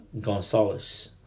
Gonzalez